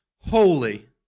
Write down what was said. holy